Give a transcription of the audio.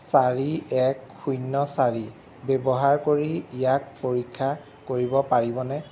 চাৰি এক শূন্য চাৰি ব্যৱহাৰ কৰি ইয়াক পৰীক্ষা কৰিব পাৰিবনে